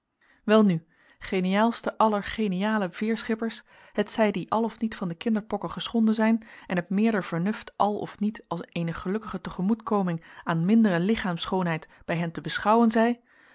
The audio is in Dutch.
welnu geniaalste aller geniale veerschippers hetzij die al of niet van de kinderpokken geschonden zijn en het meerder vernuft al of niet als eene gelukkige tegemoetkoming aan mindere lichaamsschoonheid bij hen te beschouwen zij